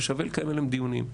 ששווה לקיים עליהן דיונים.